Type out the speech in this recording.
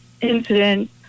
incident